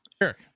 Eric